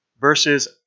versus